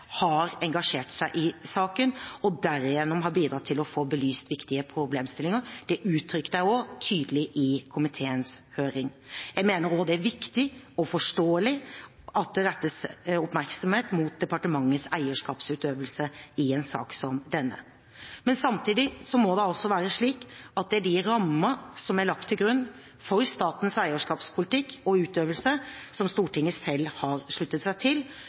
har engasjert seg i saken og derigjennom har bidratt til å få belyst viktige problemstillinger. Det uttrykte jeg også tydelig i komiteens høring. Jeg mener også at det viktig og forståelig at det rettes oppmerksomhet mot departements eierskapsutøvelse i en sak som denne. Samtidig må det være slik at det må være de rammene som er lagt til grunn for statens eierskapspolitikk og -utøvelse, og som Stortinget selv har sluttet seg til,